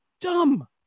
dumb